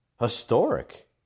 historic